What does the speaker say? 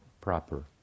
proper